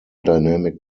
dynamic